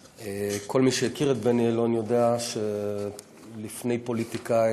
כל מי שהכיר את בני אלון יודע שלפני פוליטיקאי,